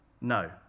No